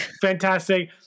Fantastic